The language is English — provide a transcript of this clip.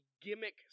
gimmick